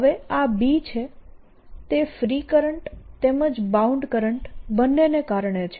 હવે આ B છે તે ફ્રી કરંટ તેમજ બાઉન્ડ કરંટ બંનેને કારણે છે